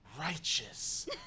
Righteous